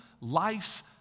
life's